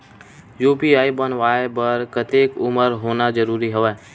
UPI बनवाय बर कतेक उमर होना जरूरी हवय?